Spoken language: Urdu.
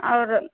اور